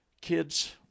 Kids